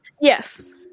Yes